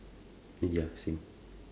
ya same